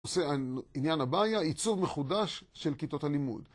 נושא עניין הבעיה, עיצוב מחודש של כיתות הלימוד